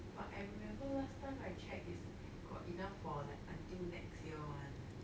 but I remember last time I check is got enough for like until next year one